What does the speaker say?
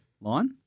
line